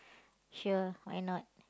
sure why not